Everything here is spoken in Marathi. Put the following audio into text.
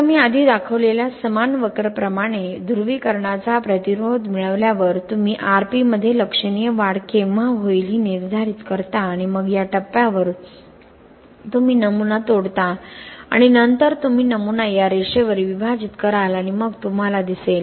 आता मी आधी दाखवलेल्या समान वक्र प्रमाणे ध्रुवीकरणाचा प्रतिरोध मिळाल्यावर तुम्ही Rp मध्ये लक्षणीय वाढ केव्हा होईल हे निर्धारित करता आणि मग या टप्प्यावर तुम्ही नमुना तोडता आणि नंतर तुम्ही नमुना या रेषेवर विभाजित कराल आणि मग तुम्हाला दिसेल